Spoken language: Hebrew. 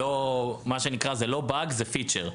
מה שנקרא: זה לא באג זה פיצ'ר.